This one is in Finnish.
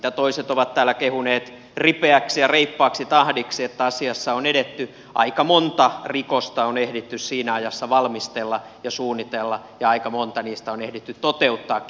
sitä toiset ovat täällä kehuneet ripeäksi ja reippaaksi tahdiksi missä ajassa asiassa on edetty aika monta rikosta on ehditty siinä ajassa valmistella ja suunnitella ja aika monta niistä on ehditty toteuttaakin